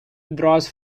draws